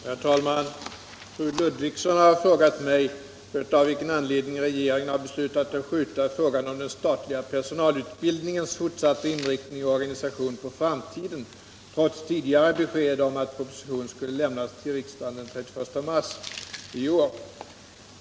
Herr talman! Fru Ludvigsson har frågat mig av vilken anledning regeringen har beslutat att skjuta frågan om den statliga personalutbildningens fortsatta inriktning och organisation på framtiden trots tidigare besked om att proposition skulle avlämnas till riksdagen den 31 mars 1977.